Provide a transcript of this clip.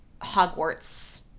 Hogwarts